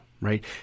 right